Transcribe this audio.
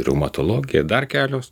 reumatologija dar kelios